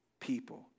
people